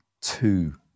two